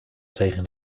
tegen